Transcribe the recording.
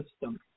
system